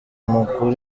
amakuru